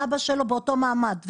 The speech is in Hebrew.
סבא שלו באותו מעמד.